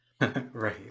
Right